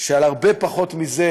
שעל הרבה פחות מזה